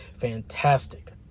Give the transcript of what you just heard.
fantastic